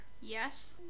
yes